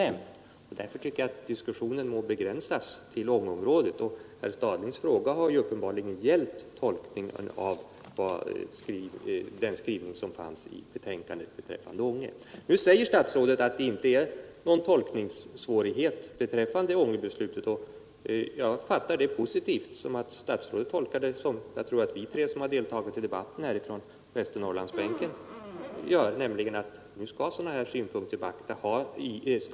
Därför tycker jag att diskussionen må begränsas till Ångeområdet. Herr Stadlings fråga har uppenbarligen gällt tolkningen av den skrivning som fanns i betänkandet beträffande Ånge. Nu säger statsrådet att det inte är någon tolkningssvårighet beträffande Ångebeslutet. Jag fattar det uttalandet som positivt och som att statsrådet tolkar det så som vi tre från Västernorrlandsbänken, som har deltagit i debatten, gör: i fortsättningen skall sådana synpunkter beaktas.